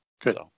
Good